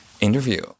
interview